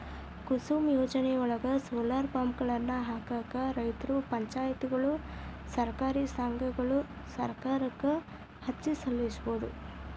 ಕುಸುಮ್ ಯೋಜನೆಯೊಳಗ, ಸೋಲಾರ್ ಪಂಪ್ಗಳನ್ನ ಹಾಕಾಕ ರೈತರು, ಪಂಚಾಯತ್ಗಳು, ಸಹಕಾರಿ ಸಂಘಗಳು ಸರ್ಕಾರಕ್ಕ ಅರ್ಜಿ ಸಲ್ಲಿಸಬೋದು